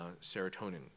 serotonin